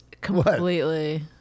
completely